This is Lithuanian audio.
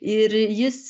ir jis